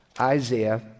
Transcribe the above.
Isaiah